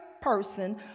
person